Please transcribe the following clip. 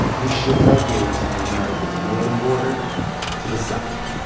we shift our gaze from america's northern border to the south